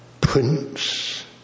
Prince